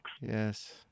Yes